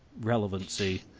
relevancy